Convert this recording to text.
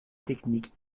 technique